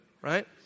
right